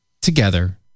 together